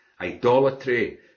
Idolatry